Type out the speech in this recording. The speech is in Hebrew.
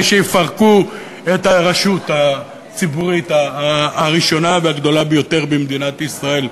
שיפרקו את הרשות הציבורית הראשונה והגדולה ביותר במדינת ישראל.